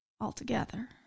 altogether